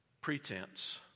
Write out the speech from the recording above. pretense